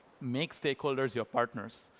make stakeholders your partners,